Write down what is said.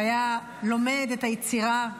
והיה לומד את היצירה,